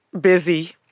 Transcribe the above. busy